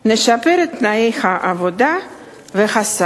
נשפר את תנאי העבודה והשכר.